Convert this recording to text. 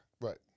Right